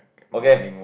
okay